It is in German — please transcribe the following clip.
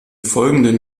folgenden